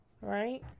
right